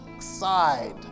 side